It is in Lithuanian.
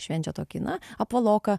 švenčia tokį na apvaloką